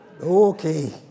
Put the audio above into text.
Okay